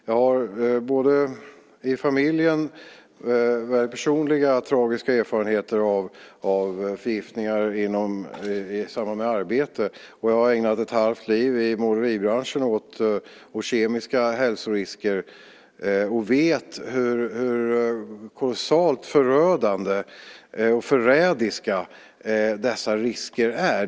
Jag har i familjen personliga tragiska erfarenheter av förgiftningar i samband med arbete. Och jag har ägnat ett halvt liv i måleribranschen åt kemiska hälsorisker och vet hur kolossalt förödande och förrädiska dessa risker är.